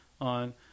on